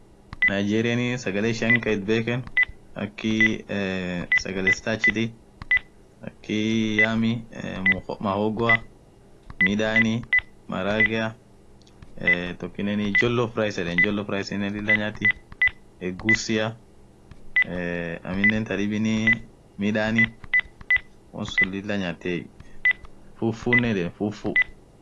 Nigeria sagale ishian thaithbeken akii sagale stachiti akii yami mahogoa midani maragea tokinen jollofrais yeden jollofrais sinen lilla nyati egusia aminen thadhibin midanii yonsun lillanyatiey fufunen hiyeden fufu